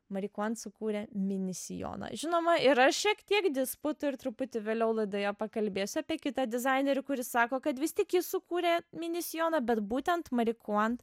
mari kuant sukūrė mini sijoną žinoma yra šiek tiek disputų ir truputį vėliau laidoje pakalbėsiu apie kitą dizainerį kuris sako kad vis tik jis sukūrė mini sijoną bet būtent mari kuant